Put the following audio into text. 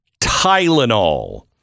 Tylenol